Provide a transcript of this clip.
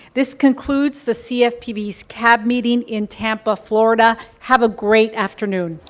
this concludes the cfpb's cab meeting in tampa, florida. have a great afternoon.